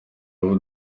abo